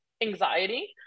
anxiety